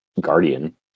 Guardian